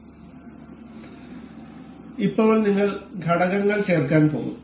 അതിനാൽ ഇപ്പോൾ നിങ്ങൾ ഘടകങ്ങൾ ചേർക്കാൻ പോകും